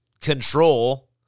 control